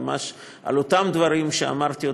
ועל אותם דברים שאמרתי,